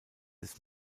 des